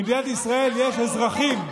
במדינת ישראל יש אזרחים,